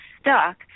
stuck